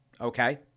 Okay